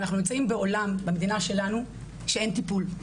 אנחנו נמצאים בעולם במדינה שלנו שאין טיפול.